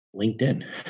LinkedIn